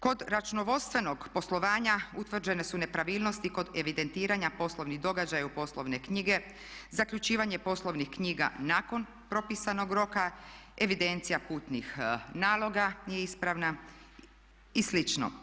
Kod računovodstvenog poslovanja utvrđene su nepravilnosti kod evidentiranja poslovnih događaja u poslovne knjige, zaključivanje poslovnih nakon propisanog roka, evidencija putnih naloga nije ispravna i slično.